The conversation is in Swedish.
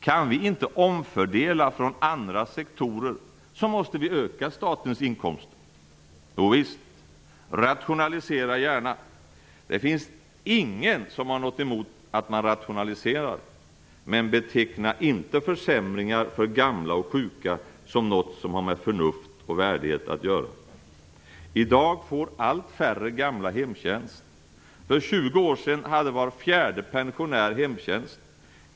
Kan vi inte omfördela från andra sektorer måste vi öka statens inkomster. Jovisst, rationalisera gärna. Det finns ingen som har något emot det, men beteckna inte försämringar för gamla och sjuka som något som har med förnuft och värdighet att göra. I dag får allt färre gamla hemtjänst. För 20 år sedan hade var fjärde pensionär hemtjänst.